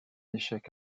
échec